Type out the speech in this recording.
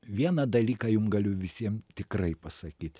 vieną dalyką jum galiu visiem tikrai pasakyt